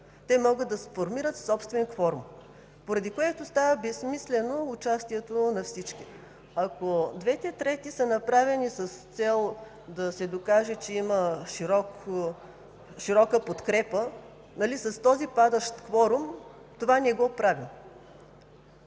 Те могат да си сформират собствен кворум. Поради това става безсмислено участието на всички. Ако кворумът от две трети е направен с цел да се докаже, че има широка подкрепа, с този падащ кворум това не се постига.